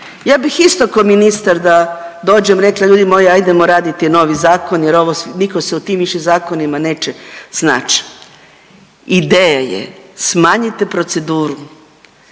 Ja bih isto ko ministar da dođem i rekla ljudi moji ajdemo raditi novi zakon jer ovo, niko se više u tim zakonima neće snać. Ideja je smanjite proceduru,